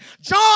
John